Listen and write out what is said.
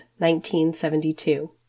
1972